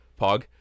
pog